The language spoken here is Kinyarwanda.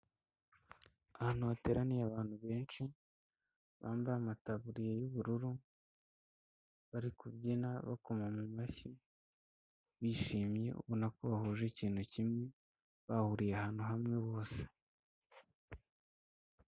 Ahantu hateraniye abantu benshi bambaye amataburiya y'ubururu bari kubyina bakoma mu mashyi bishimye ubona ko bahuje ikintu kimwe bahuriye ahantu hamwe bose.